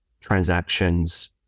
transactions